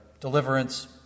deliverance